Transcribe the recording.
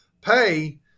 pay